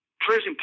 prison